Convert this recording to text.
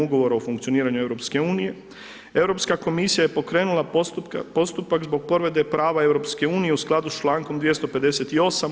Ugovora o funkcioniranju EU, Europska komisija je pokrenula postupak zbog povrede prava EU u skladu s člankom 258.